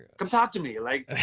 come talk to me. like,